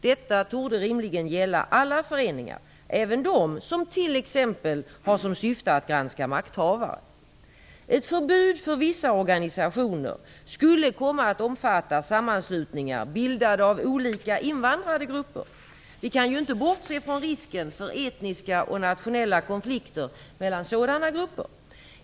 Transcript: Detta torde rimligen gälla alla föreningar, även dem som t.ex. har som syfte att granska makthavare. Ett förbud för vissa organisationer skulle komma att omfatta sammanslutningar bildade av olika invandrade grupper. Vi kan inte bortse från risken för etniska och nationella konflikter mellan sådana grupper.